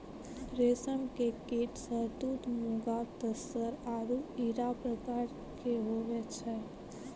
रेशम के कीट शहतूत मूंगा तसर आरु इरा प्रकार के हुवै छै